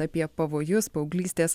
apie pavojus paauglystės